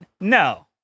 No